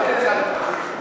אולי להעלות גם את המע"מ,